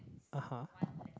(uh huh)